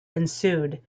ensued